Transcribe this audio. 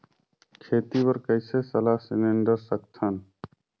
खेती बर कइसे सलाह सिलेंडर सकथन?